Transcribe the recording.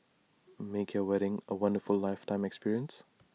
make your wedding A wonderful lifetime experience